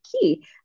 key